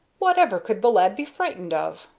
whatever could the lad be frightened of?